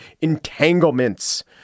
Entanglements